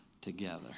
together